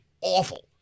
awful